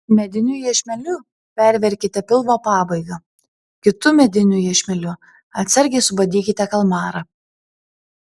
mediniu iešmeliu perverkite pilvo pabaigą kitu mediniu iešmeliu atsargiai subadykite kalmarą